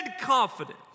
confident